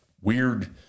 weird